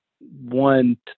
one